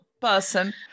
person